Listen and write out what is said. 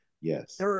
yes